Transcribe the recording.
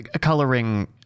coloring